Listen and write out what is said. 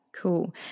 Cool